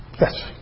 yes